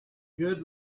good